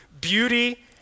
beauty